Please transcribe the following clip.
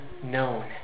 known